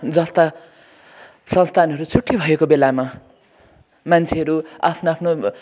जस्ता संस्थानहरू छुट्टि भएको बेलामा मान्छेहरू आफ्नो आफ्नो